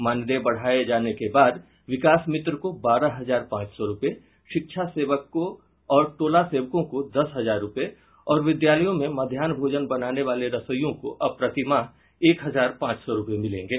मानदेय बढ़ाये जाने के बाद विकास मित्र को बारह हजार पांच सौ रूपये शिक्षा सेवक और टोला सेवकों को दस हजार रुपये और विद्यालयों में मध्याह भोजन बनाने वाले रसोइयों को अब प्रतिमाह एक हजार पांच सौ रुपये मिलेंगे